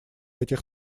этих